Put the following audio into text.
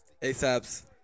ASAP's